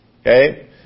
Okay